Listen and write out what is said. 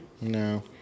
No